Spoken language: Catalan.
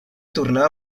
tornà